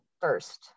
first